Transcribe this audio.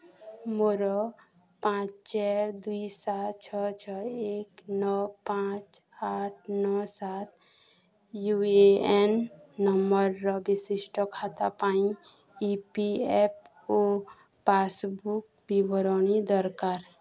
ମୋର ପାଞ୍ଚ ଚାର ଦୁଇ ସାତ ଛଅ ଛଅ ଏକ ନଅ ପାଞ୍ଚ ଆଠ ନଅ ସାତ ୟୁ ଏ ଏନ୍ ନମ୍ବର୍ର ବିଶିଷ୍ଟ ଖାତା ପାଇଁ E P F O passbook ବିବରଣୀ ଦରକାର